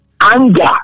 anger